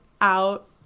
out